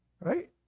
right